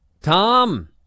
Tom